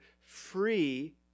free